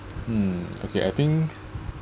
mm okay I think